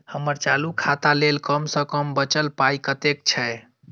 हम्मर चालू खाता लेल कम सँ कम बचल पाइ कतेक छै?